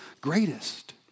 greatest